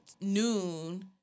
noon